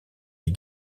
les